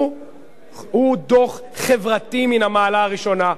הוא דוח חברתי מן המעלה הראשונה.